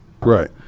right